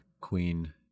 queen